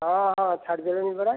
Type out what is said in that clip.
ହଁ ହଁ ଛାଡ଼ି ଦେଲେଣି ପରା